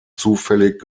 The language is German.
zufällig